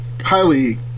highly